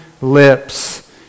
lips